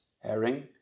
herring